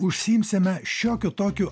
užsiimsime šiokiu tokiu